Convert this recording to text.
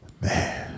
man